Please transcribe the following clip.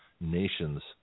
nations